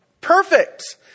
perfect